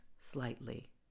slightly